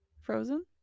Frozen